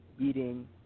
eating